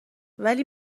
ولی